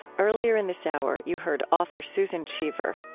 earlier in this hour, you heard author susan cheever.